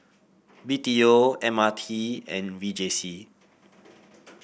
B T O M R T and V J C